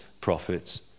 prophets